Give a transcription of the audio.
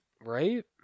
Right